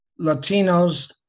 Latinos